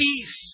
peace